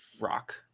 rock